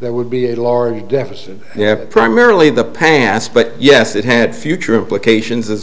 that would be a large deficit yeah primarily the past but yes it had future implications as